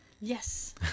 yes